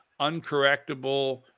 uncorrectable